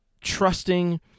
trusting